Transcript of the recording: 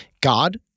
God